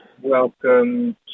Welcome